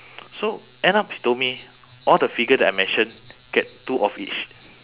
so end up he told me all the figure that I mention get two of each